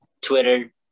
Twitter